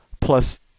plus